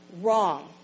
wrong